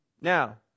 Now